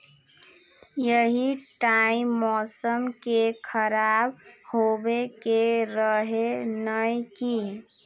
यही टाइम मौसम के खराब होबे के रहे नय की?